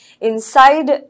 inside